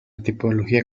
tipología